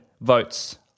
votes